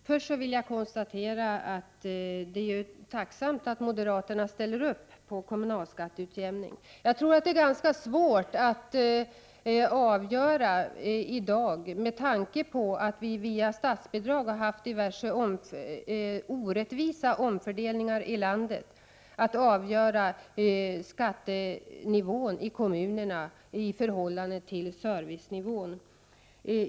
Herr talman! Det är tacknämligt att moderaterna ställer upp på kommunal skatteutjämning. Med tanke på att vi via statsbidrag har haft diverse orättvisa Jomfördelningar i landet är det ganska svårt att i dag avgöra skattenivån i kommunerna i förhållande till servicenivån.